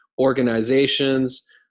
organizations